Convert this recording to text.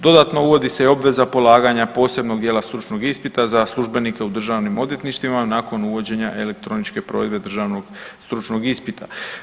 Dodatno, uvodi se i obveza polaganja posebnog dijela stručnog ispita za službenike u državnim odvjetništvima nakon uvođenja elektroničke provedbe državnog stručnog ispita.